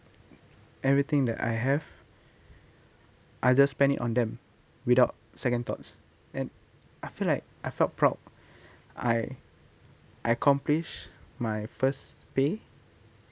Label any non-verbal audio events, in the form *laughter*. everything that I have I just spend it on them without second thoughts and I feel like I felt proud *breath* I accomplish my first pay